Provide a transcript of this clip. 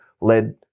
led